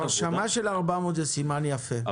ההרשמה של 460 אנשים זה סימן יפה,